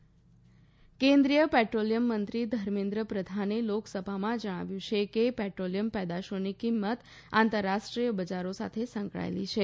પ્રધાન ઈંધણ કેન્દ્રિય પેટ્રોલિયમ મંત્રી ધર્મેન્દ્ર પ્રધાને લોકસભામાં જણાવ્યું છે કે પેટ્રોલિયમ પેદાશોની કિમંત આંતરરાષ્ટ્રીય બજારો સાથે સંકળાયેલી છે